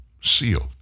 sealed